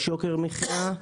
יש יוקר מחייה,